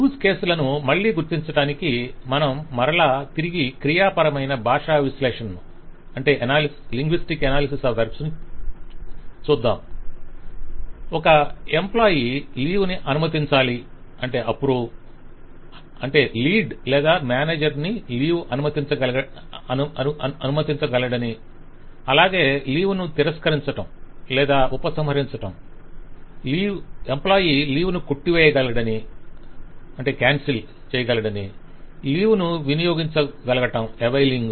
use case లను మళ్ళీ గుర్తించడానికి మనం మరల తిరిగి క్రియా పరమైన భాషా విశ్లేషణను చూద్దాం - ఒక ఎంప్లాయి లీవ్ ని అనుమతించాలని అంటే లీడ్ లేదా మేనేజర్ లీవ్ ని అనుమతించగలడని అలాగే లీవ్ ను తిరస్కరించటం లేదా ఉపసంహరించటం ఎంప్లాయి లీవ్ ను కొట్టి వేయగలడని లీవ్ ను వినియోగించుకోగలగటం